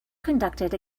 conducted